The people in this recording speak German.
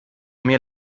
mehr